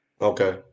Okay